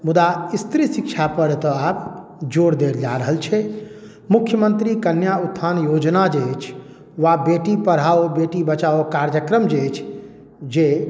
मुदा स्त्री शिक्षापर तऽ आब जोर देल जा रहल छै मुख्यमन्त्री कन्या उत्थान योजना जे अछि वा बेटी पढ़ाओ बेटी बचाओ कार्यक्रम जे अछि जे